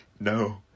No